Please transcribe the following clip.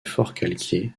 forcalquier